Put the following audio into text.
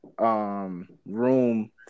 Room